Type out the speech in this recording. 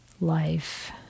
life